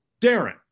Darren